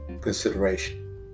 consideration